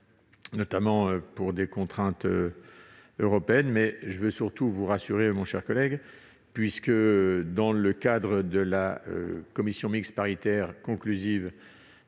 notamment des contraintes européennes. Je tiens cependant à vous rassurer, mon cher collègue : dans le cadre de la commission mixte paritaire conclusive